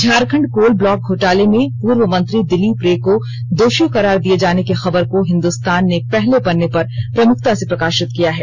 Jharkhand coal block घोटाले में पूर्व मंत्री दिलीप रे को दोषी करार दिए जाने की खबर को हिन्दुस्तान ने पहले पन्ने पर प्रमुखता से प्रकाशित किया है